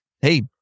Hey